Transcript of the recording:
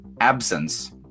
absence